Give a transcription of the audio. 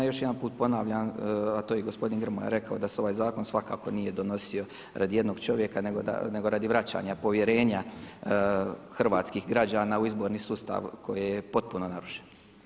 Još jedan put ponavljam a to je i gospodin Grmoja rekao da se ovaj zakon svakako nije donosio radi jednog čovjeka nego radi vraćanja povjerenja hrvatskih građana u izborni sustav koji je potpuno narušen.